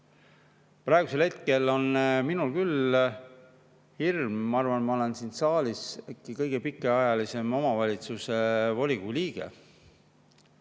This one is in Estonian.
Praegusel hetkel on minul küll hirm. Ma arvan, et ma olen siin saalis kõige pikaajalisem omavalitsuse volikogu liige.